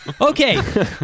Okay